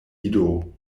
ido